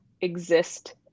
exist